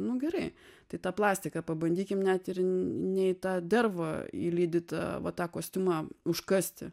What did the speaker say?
nu gerai tai tą plastiką pabandykim net ir ne į tą dervą įlydytą va tą kostiumą užkasti